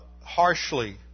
harshly